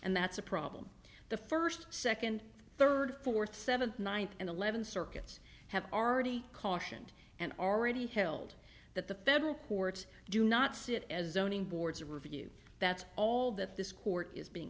and that's a problem the first second third fourth seventh nine eleven circuits have already cautioned and already held that the federal courts do not see it as zoning boards a review that's all that this court is being